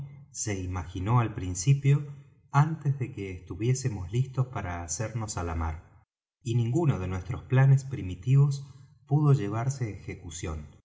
se imaginó al principio antes de que estuviésemos listos para hacernos á la mar y ninguno de nuestros planes primitivos pudo llevarse á ejecución